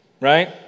right